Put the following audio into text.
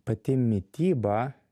pati mityba